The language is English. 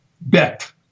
bet